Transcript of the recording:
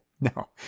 No